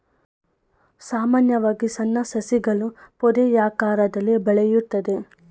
ಸಾಮಾನ್ಯವಾಗಿ ಸಣ್ಣ ಸಸಿಗಳು ಪೊದೆಯಾಕಾರದಲ್ಲಿ ಬೆಳೆಯುತ್ತದೆ